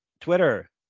Twitter